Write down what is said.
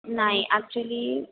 नाही ॲक्चुली